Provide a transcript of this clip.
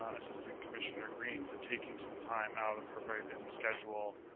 um assistant commissioner green for taking some time out of her. very busy schedule.